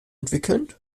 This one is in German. entwickeln